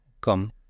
come